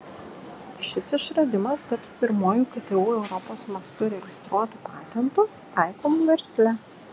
šis išradimas taps pirmuoju ktu europos mastu registruotu patentu taikomu versle